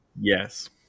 Yes